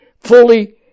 fully